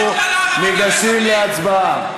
אנחנו ניגשים להצבעה.